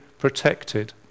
Protected